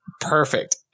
Perfect